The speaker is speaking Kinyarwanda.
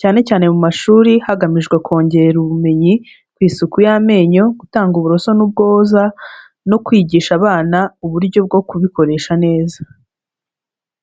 cyane cyane mu mashuri, hagamijwe kongera ubumenyi ku isuku y'amenyo, gutanga uburoso n'ubwoza, no kwigisha abana uburyo bwo kubikoresha neza.